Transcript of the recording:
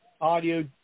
audio